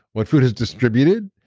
what food is distributed.